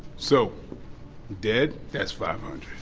so dead that's five hundred